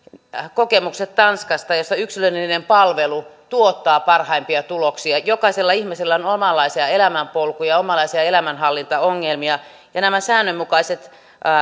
kokemukset tanskasta jossa yksilöllinen palvelu tuottaa parhaimpia tuloksia jokaisella ihmisellä on omanlaisiaan elämänpolkuja omanlaisiaan elämänhallintaongelmia ja näitä säännönmukaisia